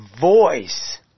voice